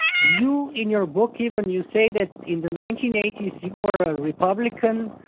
you, in your book even you say that in the nineteen eighty s you were a republican,